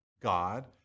God